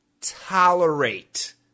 tolerate